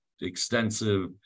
extensive